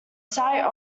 site